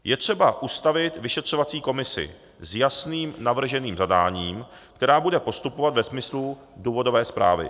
Je třeba ustavit vyšetřovací komisi s jasným navrženým zadáním, která bude postupovat ve smyslu důvodové zprávy.